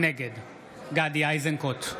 נגד גדי איזנקוט,